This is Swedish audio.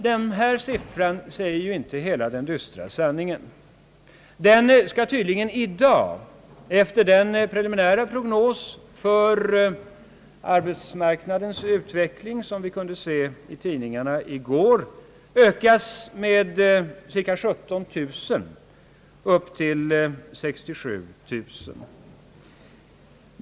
Denna siffra säger dock inte hela den dystra sanningen; siffran skall tydligen i dag, enligt den preliminära prognos för arbetsmarknadens utveckling som vi kunde se i gårdagens tidningar, ökas med cirka 17 000 upp till 60 000.